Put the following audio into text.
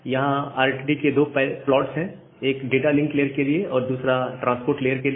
तो यहां RTT के दो प्लॉट्स हैं एक डाटा लिंक लेयर के लिए और दूसरा ट्रांसपोर्ट लेयर के लिए